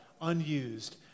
unused